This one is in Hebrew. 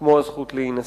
כמו הזכות להינשא.